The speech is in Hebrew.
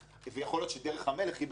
יכול להיות שדרך המלך היא בהצעת מחליטים.